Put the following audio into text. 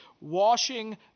washing